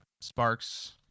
Sparks